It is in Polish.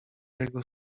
jego